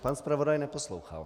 Pan zpravodaj neposlouchal.